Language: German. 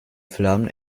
flammen